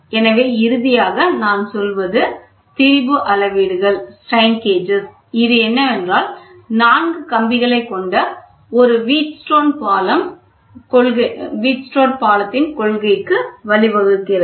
எனவே இறுதியாக நான் சொல்வது திரிபு அளவீடுகள் இது என்னவென்றால் 4 கம்பிகளை கொண்ட ஒரு வீட்ஸ்டோன் பாலம் கொள்கைக்கு வழிவகுக்கிறது